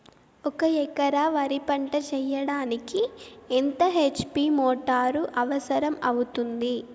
ఒక ఎకరా వరి పంట చెయ్యడానికి ఎంత హెచ్.పి మోటారు అవసరం అవుతుంది?